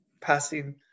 Passing